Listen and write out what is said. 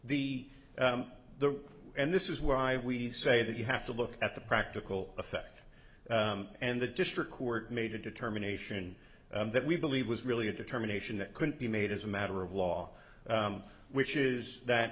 the the and this is why we say that you have to look at the practical effect and the district court made a determination that we believe was really a determination that could be made as a matter of law which is that